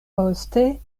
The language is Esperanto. poste